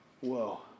whoa